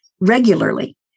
regularly